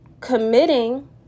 committing